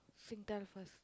Singtel first